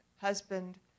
husband